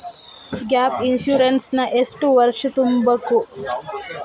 Gap insurance ನ ಎಷ್ಟ್ ವರ್ಷ ತುಂಬಕು?